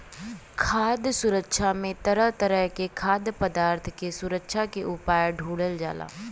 खाद्य सुरक्षा में तरह तरह के खाद्य पदार्थ के सुरक्षा के उपाय ढूढ़ल जाला